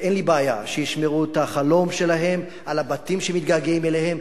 ואין לי בעיה: שישמרו את החלום שלהם על הבתים שמתגעגעים אליהם,